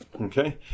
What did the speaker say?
Okay